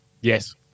Yes